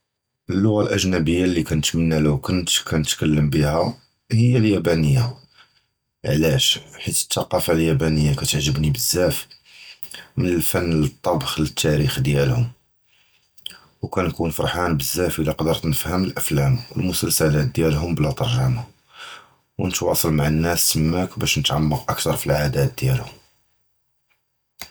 הַלּוּגַה הַאִזְ'נִיבִיָּה לִי קִנְתְמַנָּא לוּ קִנְת קִנְתְכַּלֵם בִּיהָ הִי הַיַאפָּנִיָּה, עַלַאש? חִית הַתַּקַאפָה הַיַאפָּנִיָּה קִתְעַגְ'בְנִי בְזַאפ, מִן הַפֵּן לַטִּבְח לַתַּארִיח דִיַּלְהוּם, וְקִנְקוּן פַרְחָאן בְזַאפ אִלַא קִדְרְת נְפְהַם הַאֻפְלָּאם וְהַמְּסַלְסְלַאת דִיַּלְהוּם בְלָא תַּרְגְמָה, וְנִתְוַאסְל מַעַ הַנַּאס תַּמַאק בַּאש נִתְעַמְק אֲקְתַר פִי הַעֲאֲדַאת דִיַּלְהוּם.